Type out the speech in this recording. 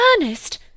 Ernest